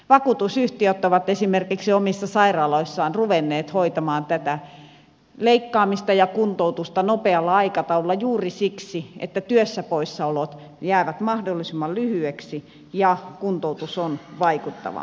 vakuutusyhtiöt ovat esimerkiksi omissa sairaaloissaan ruvenneet hoitamaan leikkaamista ja kuntoutusta nopealla aikataululla juuri siksi että työstäpoissaolot jäävät mahdollisimman lyhyiksi ja kuntoutus on vaikuttavampaa